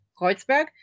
Kreuzberg